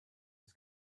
his